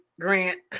grant